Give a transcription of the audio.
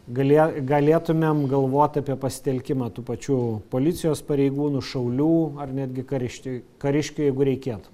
galėjo galėtumėm galvot apie pasitelkimą tų pačių policijos pareigūnų šaulių ar netgi kariškiui kariškių jeigu reikėtų